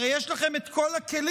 הרי יש לכם את כל הכלים